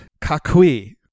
kakui